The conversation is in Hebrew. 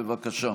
בבקשה.